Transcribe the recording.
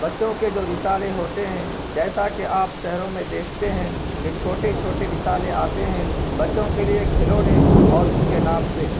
بچوں کے جو رسالے ہوتے ہیں جیسا کہ آپ شہروں میں دیکھتے ہیں کہ چھوٹے چھوٹے رسالے آتے ہیں بچوں کے لیے کھلونے اور اس کے نام پہ